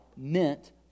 Meant